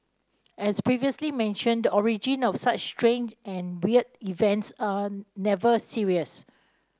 as previously mentioned the origin of such strange and weird events are never serious